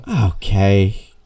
Okay